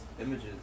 images